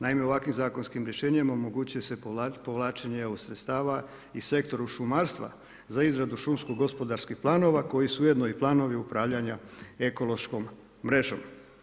Naime, ovakvim zakonskim rješenjem omogućuje se povlačenje EU sredstava i sektoru šumarstva za izradu šumsko-gospodarskih planova koji su ujedno i planovi upravljanja ekološkom mrežom.